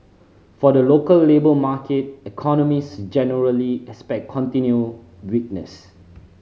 for the local labour market economists generally expect continued weakness